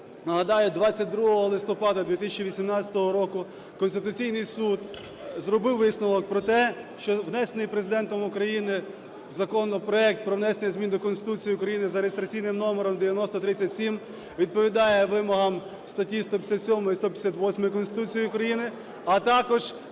нагадаю, 22 листопада 2018 року Конституційний Суд зробив висновок про те, що внесений Президентом України законопроект про внесення змін до Конституції України за реєстраційним номером 9037 відповідає вимогам статті 157, 158 Конституції України, а також